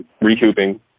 recouping